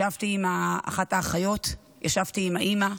ישבתי עם אחת האחיות, ישבתי עם האימא.